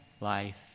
life